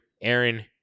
Aaron